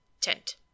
Tent